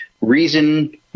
reason